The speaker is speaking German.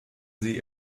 sie